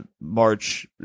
March